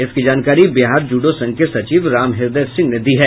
इसकी जानकारी बिहार जूडो संघ के सचिव रामहृदय सिंह ने दी है